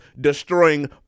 destroying